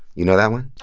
you know that one?